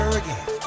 again